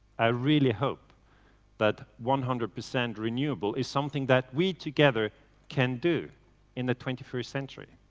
i really hope that one hundred percent renewable is something that we together can do in the twenty first century.